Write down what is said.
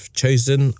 chosen